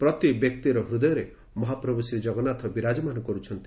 ପ୍ରତି ବ୍ୟକ୍ତିର ହୃଦୟରେ ମହାପ୍ରଭୁ ଶ୍ରୀଜଗନ୍ନାଥ ବିରାଜମାନ କରୁଛନ୍ତି